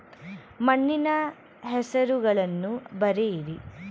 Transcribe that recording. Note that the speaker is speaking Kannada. ಮಣ್ಣಿನ ಹೆಸರುಗಳನ್ನು ಬರೆಯಿರಿ